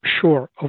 Sure